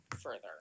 further